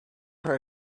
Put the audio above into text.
for